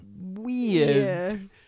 weird